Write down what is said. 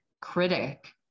critic